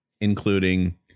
including